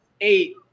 eight